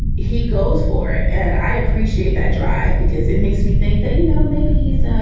he goes for it. and i appreciate that drive, because it makes me think that, you know, maybe he's ah